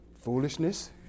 foolishness